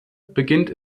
beginnt